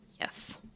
yes